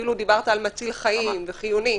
אפילו דיברת על מציל חיים וחיוני.